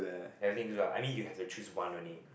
everything good lah I mean you have to choose one only